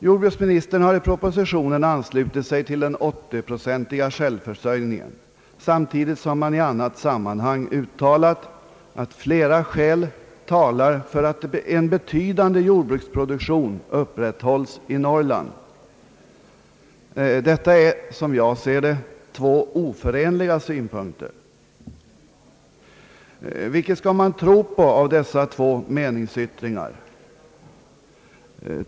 Jordbruksministern har i propositionen anslutit sig till den 80-procentiga självförsörjningen, samtidigt som han i annat sammanhang har uttalat, att flera skäl talar för att en betydande jordbruksproduktion upprätthålles i Norrland. Detta är, som jag ser det, två oförenliga synpunkter. Vilken skall man tro på av dessa meningsyttringar?